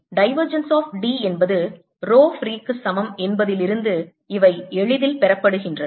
Divergence of D என்பது rho free க்கு சமம் என்பதிலிருந்து இவை எளிதில் பெறப்படுகின்றன